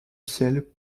ciel